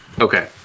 okay